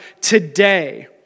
today